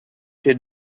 she